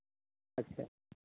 ᱟᱪᱪᱷᱟ